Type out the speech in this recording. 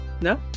no